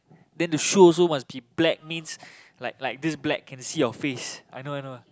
then the shoe also must be black means like like this black can see your face I know I know